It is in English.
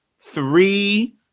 three